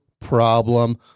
problem